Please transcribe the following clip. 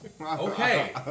Okay